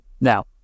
Now